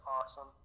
awesome